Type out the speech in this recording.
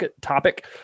topic